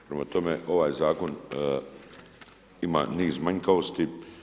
Prema tome, ovaj zakon ima niz manjkavosti.